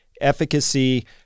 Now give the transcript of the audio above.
efficacy